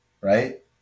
right